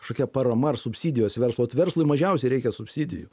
kažkokia parama ar subsidijos verslo ot verslui mažiausiai reikia subsidijų